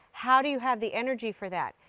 how do you have the energy for that?